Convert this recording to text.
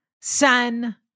son